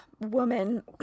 woman